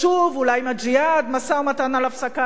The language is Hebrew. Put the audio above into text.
אולי עם "הג'יהאד" משא-ומתן על הפסקת אש,